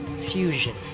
Fusion